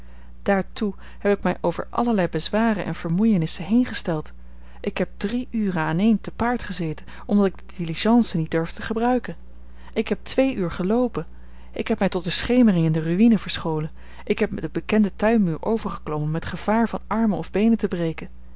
daartoe heb ik mij over allerlei bezwaren en vermoeienissen heen gesteld ik heb drie uren aaneen te paard gezeten omdat ik de diligence niet durfde gebruiken ik heb twee uur geloopen ik heb mij tot de schemering in de ruïne verscholen ik ben den bekenden tuinmuur overgeklommen met gevaar van armen of beenen te breken